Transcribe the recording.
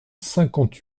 cinquante